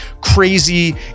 crazy